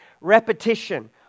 repetition